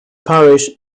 parish